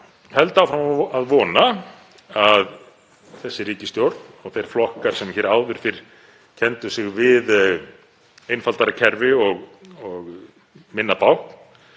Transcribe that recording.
vegar áfram að vona að þessi ríkisstjórn og þeir flokkar sem hér áður fyrr kenndu sig við einfaldara kerfi og minna